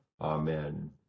Amen